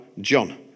John